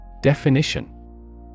Definition